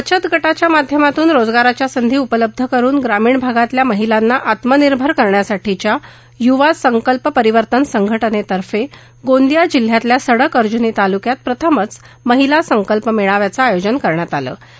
बचत गटाच्या माध्यमातून रोजगाराच्या संधी उपलब्ध करून ग्रामीण भागातल्या महिलांना आत्मनिर्भर करण्यासाठी युवा संकल्प परिवर्तन संघटनेतर्फे गोंदिया जिल्ह्यातल्या सडक अर्जुनी तालुक्यात प्रथमच महिला संकल्प मेळाव्याचं आयोजन करण्यात आलं होतं